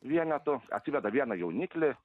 vienetų atsiveda vieną jauniklį